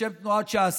בשם תנועת ש"ס: